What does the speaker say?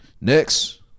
Next